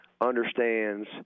understands